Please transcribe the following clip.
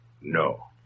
No